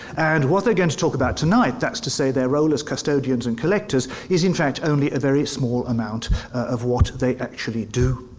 and what they're going to talk about tonight, that's to say their role as custodians and collectors, is in fact only a very small amount of what they actually do.